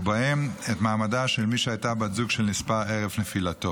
ובין היתר את מעמדה של מי שהייתה בת זוג של נספה ערב נפילתו.